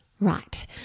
Right